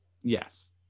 yes